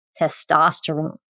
testosterone